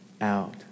out